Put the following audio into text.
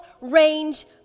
range